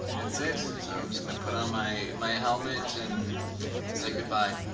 that's it. so i'm just gonna put on my my helmet and say goodbye,